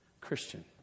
Christian